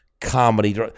comedy